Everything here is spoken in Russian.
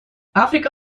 африка